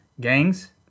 Gangs